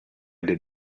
did